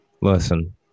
listen